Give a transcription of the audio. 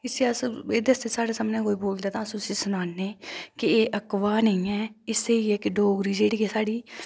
स्यासत एहदे आस्तै साढ़े सामने कोई बोलदा ते अस उसी सनान्ने के एह् अफवाह नेईं ऐ एह् स्हेई ऐ कि डोगरी जेह्ड़ी ऐ साढ़ी